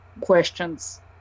questions